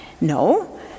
No